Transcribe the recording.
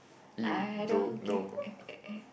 I don't give eh